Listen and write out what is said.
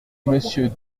monsieur